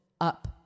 up